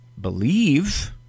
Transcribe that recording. believe